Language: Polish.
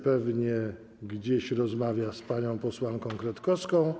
Pewnie gdzieś rozmawia z panią posłanką Kretkowską.